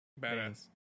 Badass